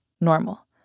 normal